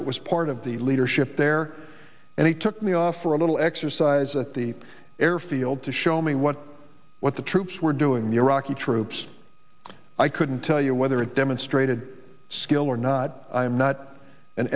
but was part of the leadership there and he took me off for a little exercise at the airfield to show me what what the troops were doing the iraqi troops i couldn't tell you whether it demonstrated skill or not i'm not an